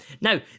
now